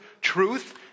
truth